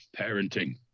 parenting